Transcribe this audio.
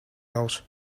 else